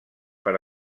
per